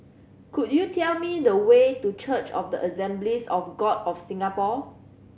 could you tell me the way to Church of the Assemblies of God of Singapore